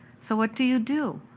so, what do you do?